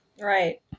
Right